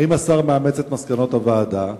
האם השר מאמץ את מסקנות הוועדה?